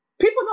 People